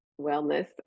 wellness